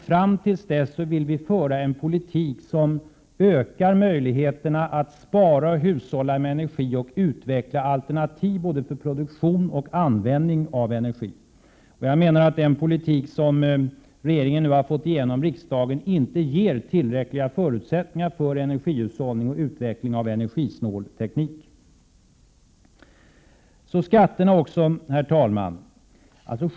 Fram till dess vill vi föra en politik som innebär att möjligheterna ökar när det gäller att spara och att hushålla med energi samt att utveckla alternativ för både produktion och användning av energi. Den politik som regeringen nu har fått igenom i riksdagen ger inte tillräckliga förutsättningar för energihushållning och utveckling av energisnål teknik. Sedan till skatterna.